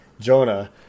Jonah